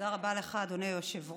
תודה רבה לך, אדוני היושב-ראש.